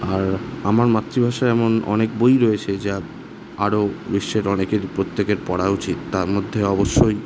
আর আমার মাতৃভাষায় এমন অনেক বই রয়েছে যা আরো বিশ্বের অনেকের প্রত্যেকের পড়া উচিত তার মধ্যে অবশ্যই